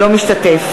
אינו משתתף